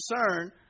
concern